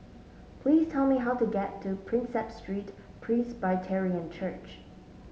please tell me how to get to Prinsep Street Presbyterian Church